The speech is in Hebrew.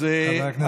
חבר הכנסת צבי האוזר.